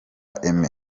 aimé